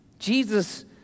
Jesus